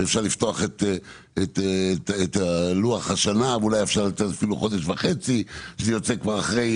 אפשר לפתוח את לוח השנה ואולי לתת לכם חודש וחצי כדי לפתור את